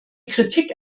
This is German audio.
kritik